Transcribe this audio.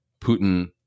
Putin